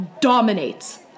dominates